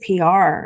PR